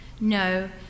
No